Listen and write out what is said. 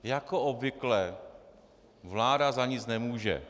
Jako obvykle vláda za nic nemůže.